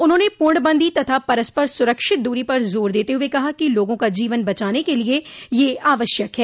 उन्होंने पूर्णबंदी तथा परस्पर सुरक्षित दूरी पर जोर देते हुए कहा कि लोगों का जीवन बचाने के लिए यह आवश्यक है